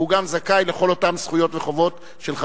והוא גם זכאי לכל אותן זכויות וחובות של,